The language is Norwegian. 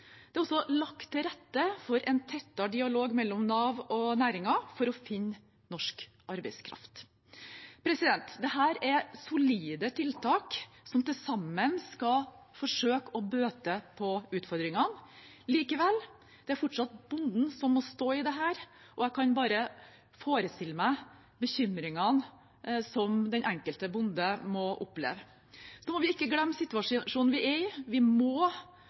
Det er også lagt til rette for en tettere dialog mellom Nav og næringen for å finne norsk arbeidskraft. Dette er solide tiltak som til sammen skal forsøke å bøte på utfordringene. Likevel: Det er fortsatt bøndene som må stå i dette, og jeg kan bare forestille meg bekymringene den enkelte bonde må oppleve. Så må vi ikke glemme situasjonen vi er i. Vi må